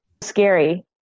scary